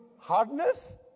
hardness